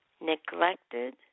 neglected